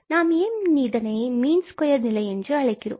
நாம் ஏன் இதனை மீன் ஸ்கொயர் நிலை என்று அழைக்கிறோம்